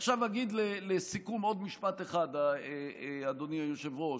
עכשיו אגיד לסיכום עוד משפט אחד, אדוני היושב-ראש,